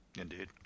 indeed